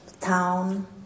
town